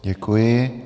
Děkuji.